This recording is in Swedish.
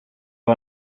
var